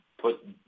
put